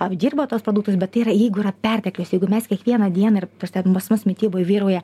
apdirba tuos produktus bet tai yra jeigu yra perteklius jeigu mes kiekvieną dieną ir kur ten pas mus mityboj vyrauja